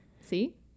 See